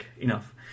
enough